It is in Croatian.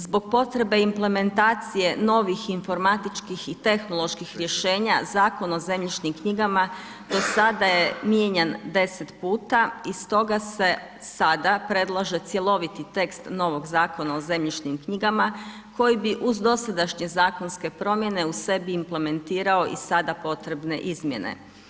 Zbog potrebe implementacije novih informatičkih i tehnoloških rješenja, Zakon o zemljišnim knjigama, do sada je mijenjan 10 puta i stoga se sada predlaže cjeloviti tekst novog Zakona o zemljišnim knjigama, koji bi uz dosadašnje zakonske promijene u sebi implementirao i sada potrebne izmjene.